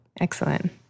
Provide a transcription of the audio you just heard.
Excellent